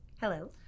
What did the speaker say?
Hello